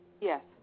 yes